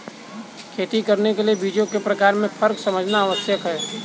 खेती करने के लिए बीजों के प्रकार में फर्क समझना आवश्यक है